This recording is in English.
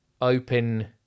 open